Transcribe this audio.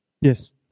Yes